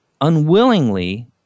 unwillingly